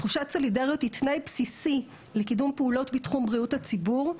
תחושת הסולידריות היא תנאי בסיסי לקידום פעולות בתחום פעילות הציבור.